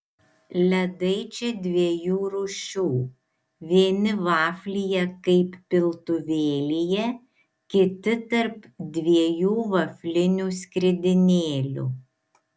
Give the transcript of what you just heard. ledai čia dviejų rūšių vieni vaflyje kaip piltuvėlyje kiti tarp dviejų vaflinių skridinėlių